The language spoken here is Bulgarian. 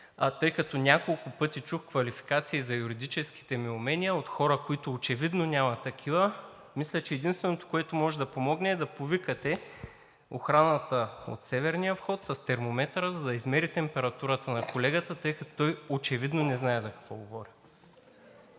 тъй като няколко пъти чух квалификации за юридическите ми умения от хора, които очевидно нямат такива, мисля, че единственото, което може да помогне, е да повикате охраната от северния вход с термометъра, за да измери температурата на колегата, тъй като той очевидно не знае за какво говори.